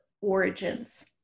origins